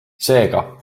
seega